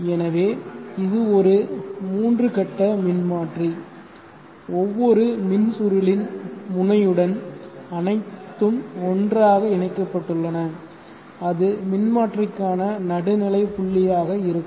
எனவே இது ஒரு 3 கட்ட மின்மாற்றி ஒவ்வொரு மின் சுருளின் முனையுடன் அனைத்தும் ஒன்றாக இணைக்கப்பட்டுள்ளன அது மின்மாற்றிக்கான நடுநிலை புள்ளியாக இருக்கும்